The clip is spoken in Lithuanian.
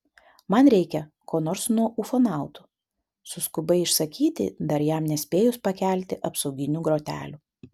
man reikia ko nors nuo ufonautų suskubai išsakyti dar jam nespėjus pakelti apsauginių grotelių